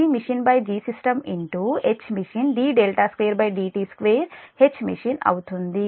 GmachineGsystem Hmachine d2dt2 Hmachine అవుతుంది